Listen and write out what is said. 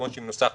כמו שהיא מנוסחת,